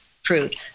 fruit